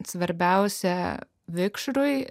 svarbiausia vikšrui